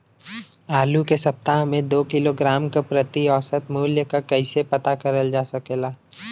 आलू के सप्ताह में दो किलोग्राम क प्रति औसत मूल्य क कैसे पता करल जा सकेला?